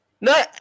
No